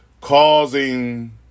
causing